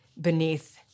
beneath